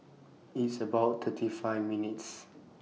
It's about thirty five minutes'